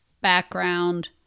background